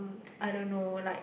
I don't know like